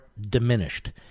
diminished